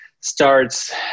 starts